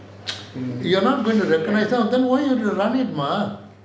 mm